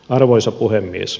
arvoisa puhemies